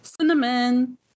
cinnamon